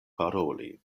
paroli